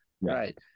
right